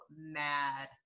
mad